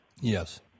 Yes